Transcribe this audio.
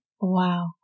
Wow